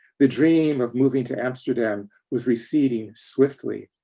the dream of moving to amsterdam was receding swiftly.